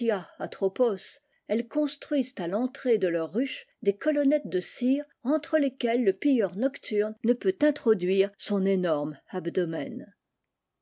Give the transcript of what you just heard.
atropos elles construisent à l'entrée de leurs ruches des colonnetles de cire entre lesquelles le pilleur nocturne ne peut introduire son énorme abdomen